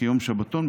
כיום שבתון,